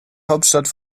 hauptstadt